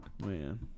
Man